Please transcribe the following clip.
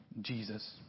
Jesus